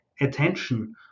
attention